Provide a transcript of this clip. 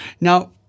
Now